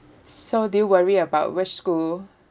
so do you worry about which school